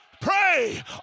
Pray